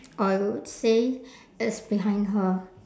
I would say it's behind her